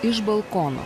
iš balkono